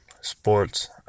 Sports